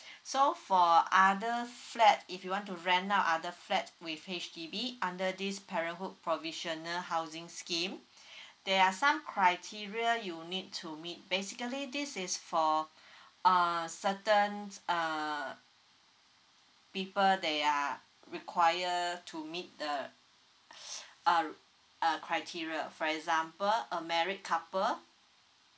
so for other flat if you want to rent out other flat with H_D_B under this parenthood provisional housing scheme there are some criteria you need to meet basically this is for err certain err people they are require to meet the uh uh criteria for example a married couple